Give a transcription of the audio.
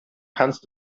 kannst